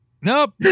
Nope